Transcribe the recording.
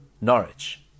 Norwich